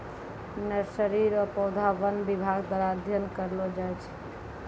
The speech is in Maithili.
नर्सरी रो पौधा वन विभाग द्वारा अध्ययन करलो जाय छै